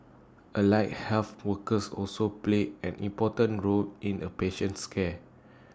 allied health workers also play an important role in A patient's care